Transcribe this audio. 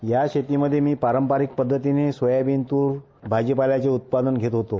याशेतीमध्ये मी पारंपारीक पद्धतीने सोयाबीन तूर भाजीपाल्याचं उत्पादन घेत होतो